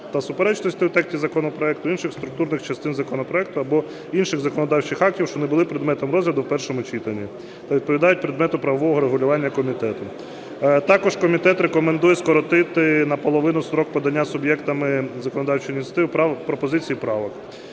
та суперечностей у тексті законопроекту, інших структурних частин законопроекту або інших законодавчих актів, що не були предметом розгляду в першому читанні та відповідають предмету правового регулювання комітету. Також комітет рекомендує скоротити наполовину строк подання суб'єктами законодавчої ініціативи пропозицій і правок.